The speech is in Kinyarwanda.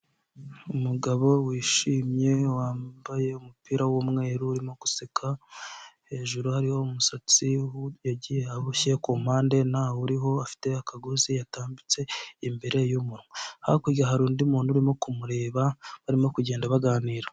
Umugabo wishimye wambaye umupira w'umweru urimo guseka hejuru hariho umusatsi yagiye aboshye ku mpande nawuriho afite akagozi yatambitse imbere hakurya hari undi muntu urimo kumureba barimo kugenda baganira.